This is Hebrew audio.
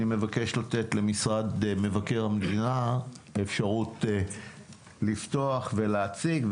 אני מבקש לתת למשרד מבקר המדינה אפשרות לפתוח ולהציג.